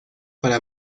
para